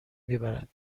میبرد